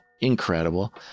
Incredible